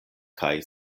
kaj